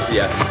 yes